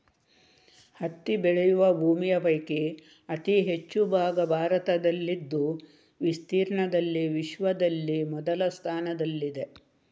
ಹತ್ತಿ ಬೆಳೆಯುವ ಭೂಮಿಯ ಪೈಕಿ ಅತಿ ಹೆಚ್ಚು ಭಾಗ ಭಾರತದಲ್ಲಿದ್ದು ವಿಸ್ತೀರ್ಣದಲ್ಲಿ ವಿಶ್ವದಲ್ಲಿ ಮೊದಲ ಸ್ಥಾನದಲ್ಲಿದೆ